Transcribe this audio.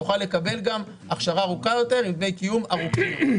תוכל לקבל גם הכשרה ארוכה יותר עם דמי קיום ארוכים יותר.